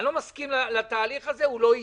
אני לא מסכים לתהליך הזה והוא לא יהיה.